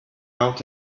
out